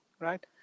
right